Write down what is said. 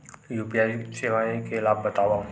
UPI सेवाएं के लाभ बतावव?